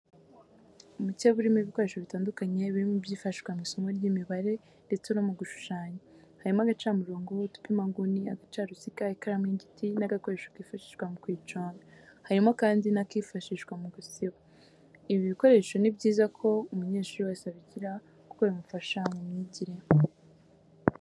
Umukebe urimo ibikoresho bitandukanye birimo ibyifashishwa mu isomo ry'imibare ndetse no mu gushushanya, harimo agacamurongo, udupima inguni, agacaruziga, ikaramu y'igiti n'agakoresho kifashishwa mu kuyiconga, harimo kandi n'akifashishwa mu gusiba. Ibi bikoresho ni byiza ko umunyeshuri wese abigira kuko bimufasha mu myigire.